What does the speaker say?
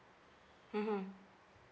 mmhmm